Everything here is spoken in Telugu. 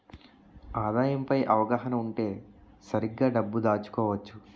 ఆదాయం పై అవగాహన ఉంటే సరిగ్గా డబ్బు దాచుకోవచ్చు